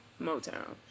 motown